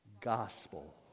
Gospel